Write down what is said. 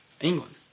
England